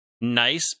nice